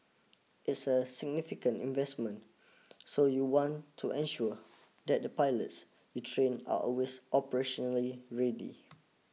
it's a significant investment so you want to ensure that the pilots you train are always operationally ready